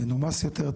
זה מנומס יותר,